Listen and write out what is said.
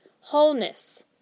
Wholeness